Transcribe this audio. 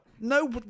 No